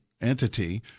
entity